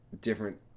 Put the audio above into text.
different